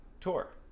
tour